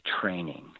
training